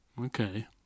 Okay